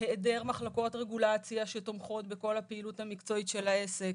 היעדר מחלקות רגולציה שתומכות בכל הפעילות המקצועית של העסק